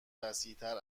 وسیعتر